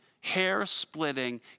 hair-splitting